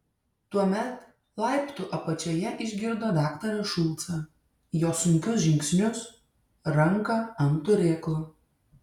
tuomet laiptų apačioje išgirdo daktarą šulcą jo sunkius žingsnius ranką ant turėklo